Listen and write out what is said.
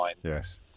Yes